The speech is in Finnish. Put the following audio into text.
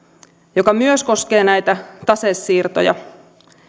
joka myös koskee näitä tasesiirtoja